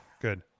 Good